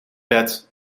bed